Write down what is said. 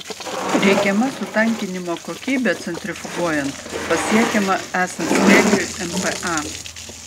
reikiama sutankinimo kokybė centrifuguojant pasiekiama esant slėgiui mpa